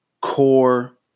core